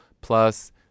plus